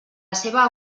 seva